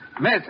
Miss